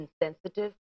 insensitive